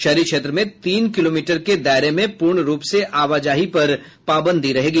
शहरी क्षेत्र में तीन किलोमीटर के दायरे में पूर्ण रूप से आवाजाही पर पाबंदी रहेगी